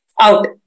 out